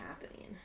happening